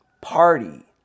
party